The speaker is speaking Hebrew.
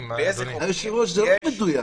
היושב-ראש, זה לא מדויק.